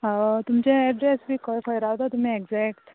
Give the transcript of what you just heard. तुमचे एड्रॅस बी खंय खंय रावता तुमी एग्जॅक्ट